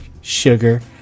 sugar